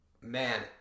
man –